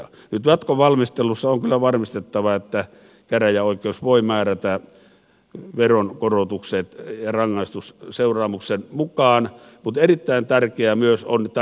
nyt jatkovalmistelussa on kyllä varmistettava että käräjäoikeus voi määrätä veronkorotukset ja rangaistusseuraamuksen mukaan mutta erittäin tärkeä myös on nyt tämä julkisuus